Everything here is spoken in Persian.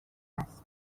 است